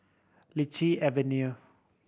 Lichi Avenue